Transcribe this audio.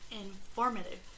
informative